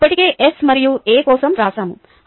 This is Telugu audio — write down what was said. మేము ఇప్పటికే S మరియు A కోసం వ్రాసాము